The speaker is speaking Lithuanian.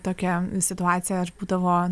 tokia situacija aš būdavo